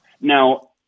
Now